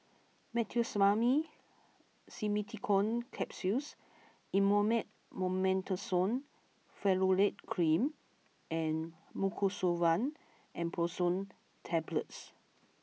Meteospasmyl Simeticone Capsules Elomet Mometasone Furoate Cream and Mucosolvan Ambroxol Tablets